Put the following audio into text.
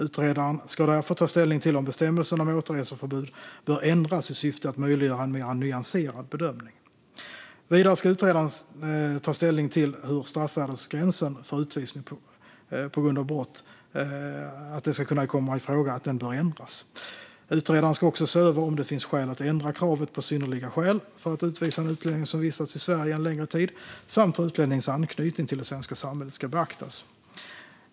Utredaren ska därför ta ställning till om bestämmelsen om återreseförbud bör ändras i syfte att möjliggöra en mer nyanserad bedömning. Vidare ska utredaren ta ställning till hur straffvärdesgränsen för att utvisning på grund av brott ska kunna komma i fråga bör ändras. Utredaren ska också se över om det finns skäl att ändra kravet på synnerliga skäl för att utvisa en utlänning som vistats i Sverige en längre tid samt hur utlänningens anknytning till det svenska samhället ska beaktas.